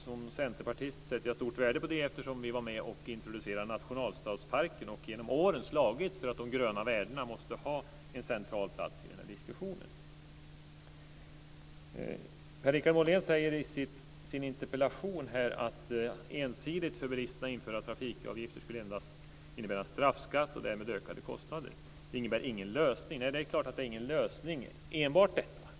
Som centerpartist sätter jag stort värde på det eftersom vi var med och introducerade nationalstadsparken och genom åren slagits för att de gröna värdena måste ha en central plats i diskussionen. Per-Richard Molén säger i sin interpellation: Att ensidigt för bilisterna införa trafikavgifter skulle endast innebära en straffskatt och därmed ökade kostnader. Det innebär ingen lösning. Det är klart att enbart detta inte är någon lösning.